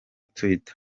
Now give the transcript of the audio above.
twitter